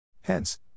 Hence